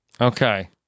Okay